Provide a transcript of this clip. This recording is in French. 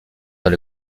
dans